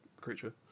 creature